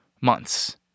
months